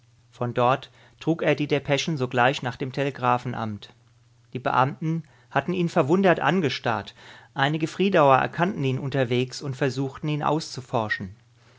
von dort trug er die depeschen sogleich nach dem telegraphenamt die beamten hatten ihn verwundert angestarrt einige friedauer erkannten ihn unterwegs und versuchten ihn auszuforschen